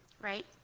right